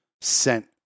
sent